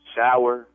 Shower